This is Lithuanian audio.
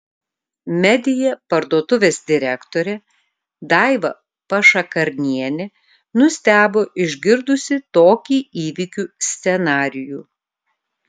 media parduotuvės direktorė daiva pašakarnienė nustebo išgirdusi tokį įvykių scenarijų